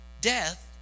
Death